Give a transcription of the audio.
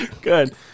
Good